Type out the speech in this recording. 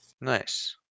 Nice